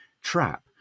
trap